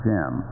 Jim